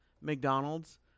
McDonald's